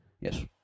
Yes